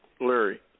Larry